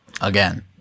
again